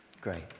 Great